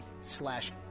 slash